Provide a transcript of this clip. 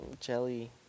jelly